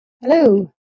Hello